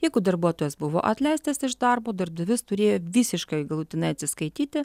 jeigu darbuotojas buvo atleistas iš darbo darbdavys turėjo visiškai galutinai atsiskaityti